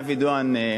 אבי דואן,